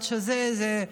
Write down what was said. עד שזה,